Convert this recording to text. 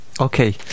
Okay